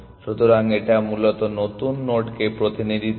সুতরাং এটা মূলত নতুন নোডকে প্রতিনিধিত্ব করে